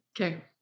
Okay